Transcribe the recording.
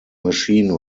machine